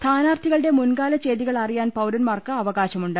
സ്ഥാനാർത്ഥികളുടെ മുൻകാല ൂചെയ്തികൾ അറിയാൻ പൌരന്മാർക്ക് അവകാശമുണ്ട്